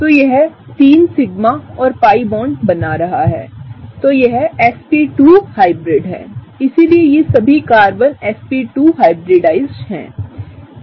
तो यह 3 सिग्मा और pi बॉन्ड बना रहा है और यह सsp2 हाइब्रिड हैइसलिए ये सभी कार्बन sp2 हाइब्रिडाइज्ड हैं